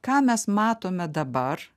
ką mes matome dabar